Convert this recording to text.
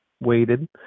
waited